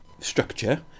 Structure